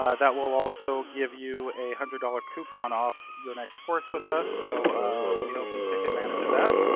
ah that will also give you a one hundred dollars coupon off your next course with us, so we hope you take advantage of that.